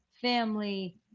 family